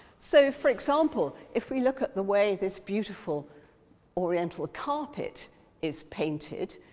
so, for example, if we look at the way this beautiful oriental carpet is painted,